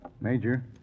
Major